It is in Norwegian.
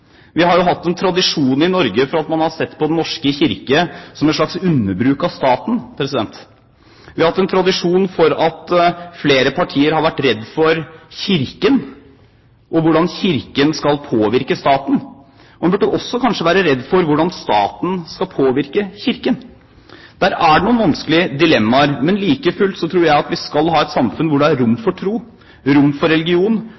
Vi har jo hatt en tradisjon i Norge for at man har sett på Den norske kirke som et slags underbruk av staten. Vi har hatt en tradisjon for at flere partier har vært redd for Kirken og hvordan Kirken skal påvirke staten. Man burde kanskje også være redd for hvordan staten skal påvirke Kirken. Der er det noen vanskelige dilemmaer. Like fullt tror jeg vi skal ha et samfunn hvor det er rom for tro, rom for religion,